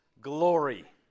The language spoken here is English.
glory